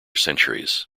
centuries